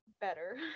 better